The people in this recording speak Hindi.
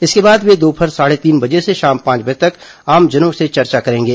इसके बाद वे दोपहर साढ़े तीन बजे से शाम पांच बजे तक आमजनों से चर्चा करेंगे